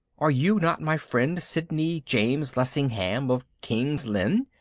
are you not my friend sidney james lessingham of king's lynn.